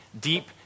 deep